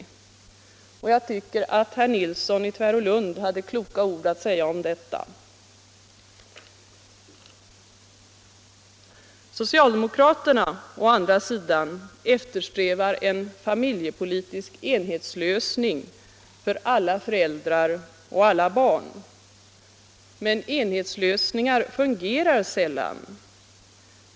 Jag tycker herr Nilsson i Tvärålund hade kloka ord att säga om detta. Socialdemokraterna eftersträvar en familjepolitisk enhetslösning för alla föräldrar och alla barn. Men enhetslösningar fungerar sällan.